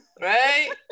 Right